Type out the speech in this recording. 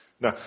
Now